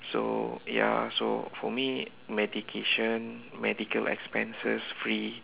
so ya so for me medication medical expenses free